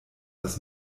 das